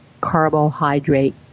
carbohydrate